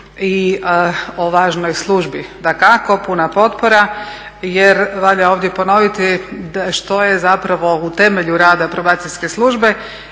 i o važnoj službi. Dakako, puna potpora jer valja ovdje ponoviti što je zapravo u temelju rada probacijske službe